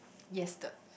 yes the